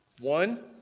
One